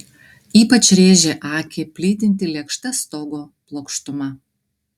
ypač rėžė akį plytinti lėkšta stogo plokštuma